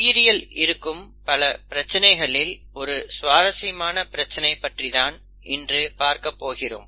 உயிரியலில் இருக்கும் பல பிரச்சினைகளில் ஒரு சுவாரசியமான பிரச்சனை பற்றிதான் இன்று பார்க்கப் போகிறோம்